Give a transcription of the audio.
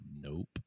Nope